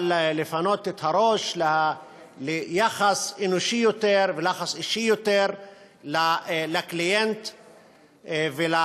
אבל לפנות את הראש ליחס אנושי יותר וליחס אישי יותר לקליינט ולחולה.